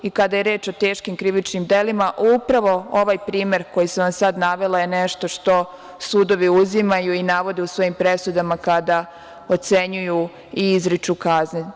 I, kada je reč o teškim krivičnim delima, upravo ovaj primer koji sam vam sad navela je nešto što sudovi uzimaju i navode u svojim presudama kada ocenjuju i izriču kazne.